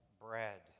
bread